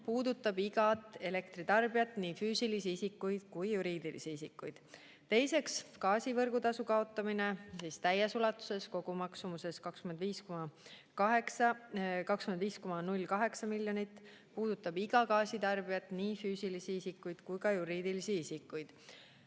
puudutab iga elektritarbijat, nii füüsilisi isikuid kui ka juriidilisi isikuid. Teiseks, gaasi võrgutasu kaotamine täies ulatuses kogumaksumuses 25,08 miljonit. See puudutab iga gaasitarbijat, nii füüsilisi isikuid kui ka juriidilisi isikuid.